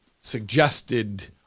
suggested